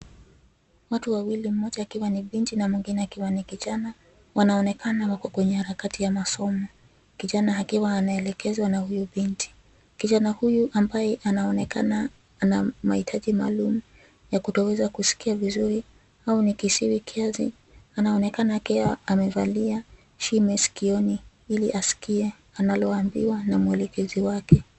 Watu wawili ,mmoja akiwa ni binti na mwingine akiwa ni kijana. Wanaonekana wako kwenye harakati ya masomo. Kijana akiwa anaelekezwa na huyu binti. Kijana huyu ambaye anaonekana ana maitaji maalum ya kutoweza kusikia vizuri au ni kiziwi kiasi anaonekana akiwa amevalia kitu masikioni ili asikie analoambiwa na muelekezi wake.